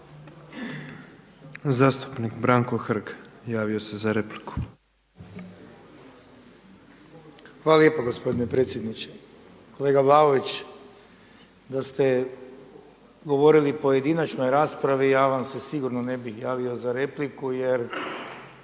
Zastupnik Branko Hrg javio se za repliku. **Hrg, Branko (HDS)** Hvala lijepo gospodine predsjedniče. Kolega Vlaović, da ste govorili u pojedinačnoj raspravi ja vam se sigurno ne bih javio za repliku jer